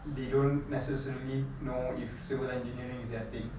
they don't necessarily know if civil engineering is their thing